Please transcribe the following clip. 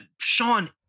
sean